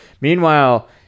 Meanwhile